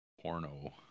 Porno